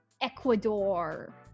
ecuador